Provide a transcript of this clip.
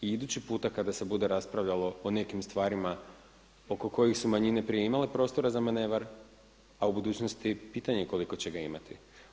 I idući puta kada se bude raspravljalo o nekim stvarima oko kojih su manjine prije imale prostora za manevar a u budućnosti pitanje koliko će ga imati.